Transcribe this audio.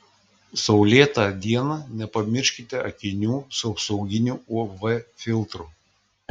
saulėtą dieną nepamirškite akinių su apsauginiu uv filtru